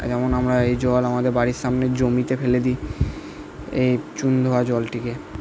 যেমন আমরা এই জল বাড়ির সামনের জমিতে ফেলে দিই এই চুন দেওয়া জলটিকে